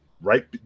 right